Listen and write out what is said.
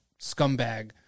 scumbag